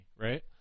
right